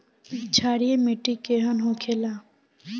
क्षारीय मिट्टी केहन होखेला?